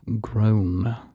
grown